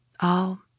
I'll